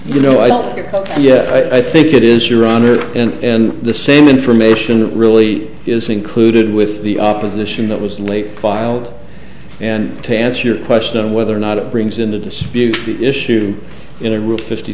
you know i don't i think it is your honor in the same information that really is included with the opposition that was late filed and to answer your question on whether or not it brings into dispute the issue in a rule fifty